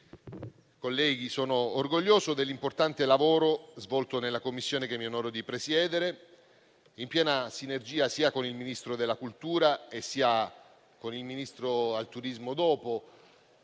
sono orgoglioso dell'importante lavoro svolto nella Commissione che mi onoro di presiedere, in piena sinergia sia con il Ministro della cultura, sia con il Ministro del turismo,